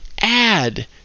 add